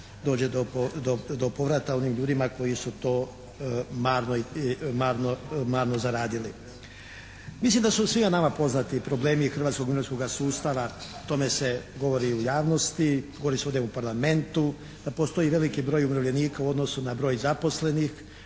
dođe do povrata onim ljudima koji su to marno zaradili. Mislim da su svima nama poznati problemi hrvatskog mirovinskoga sustava, o tome se govori u javnosti, govori se ovdje u Parlamentu da postoji veliki broj umirovljenika u odnosu na broj zaposlenih